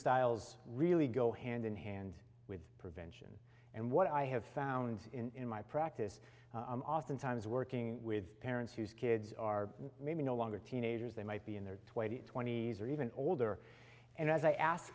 styles really go hand in hand with prevention and what i have found in my practice i'm oftentimes working with parents whose kids are maybe no longer teenagers they might be in their twenty's twenty's or even older and as i ask